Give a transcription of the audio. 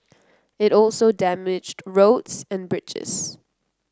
it also damaged roads and bridges